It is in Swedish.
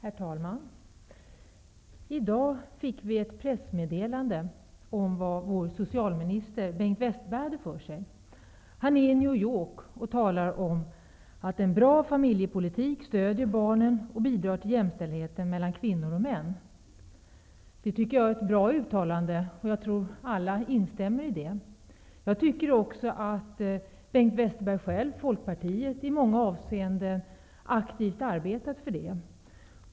Herr talman! I dag fick vi ett pressmeddelande om vad vår socialminister Bengt Westerberg har för sig. Han är i New York och talar om att en bra familjepolitik stödjer barnen och bidrar till jämställdheten mellan kvinnor och män. Det tycker jag är ett bra uttalande, och jag tror att alla instämmer i det. Jag tycker också att Bengt Westerberg själv och Folkpartiet i många avseenden aktivt arbetat för detta.